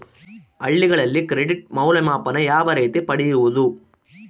ಹಳ್ಳಿಗಳಲ್ಲಿ ಕ್ರೆಡಿಟ್ ಮೌಲ್ಯಮಾಪನ ಯಾವ ರೇತಿ ಪಡೆಯುವುದು?